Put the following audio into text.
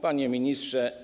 Panie Ministrze!